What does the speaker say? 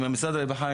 עם משרד הרווחה,